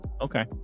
Okay